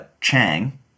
Chang